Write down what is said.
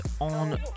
on